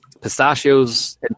pistachios